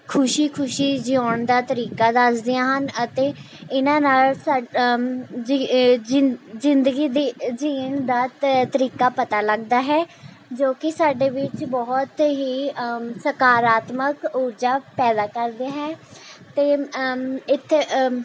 ਖੁਸ਼ੀ ਖੁਸ਼ੀ ਜਿਊਣ ਦਾ ਤਰੀਕਾ ਦੱਸਦੀਆਂ ਹਨ ਅਤੇ ਇਨ੍ਹਾਂ ਨਾਲ ਜੀ ਜ਼ਿੰਦਗੀ ਦੀ ਜੀਣ ਦਾ ਤਰੀਕਾ ਪਤਾ ਲੱਗਦਾ ਹੈ ਜੋ ਕਿ ਸਾਡੇ ਵਿੱਚ ਬਹੁਤ ਹੀ ਸਕਾਰਾਤਮਕ ਊਰਜਾ ਪੈਦਾ ਕਰਦੇ ਹੈ ਅਤੇ ਇੱਥੇ